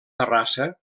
terrassa